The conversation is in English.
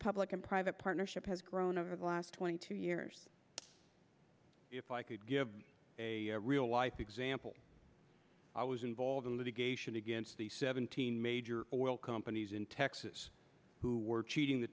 public and private partnership has grown over the last twenty two years if i could give a real life example i was involved in litigation against the seventeen major oil companies in texas who were cheating the